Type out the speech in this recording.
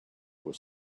was